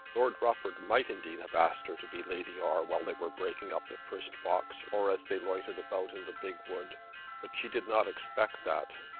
lord rufford might indeed have asked her to be lady r. while they were breaking up the first fox, or as they loitered about in the big wood but she did not expect that.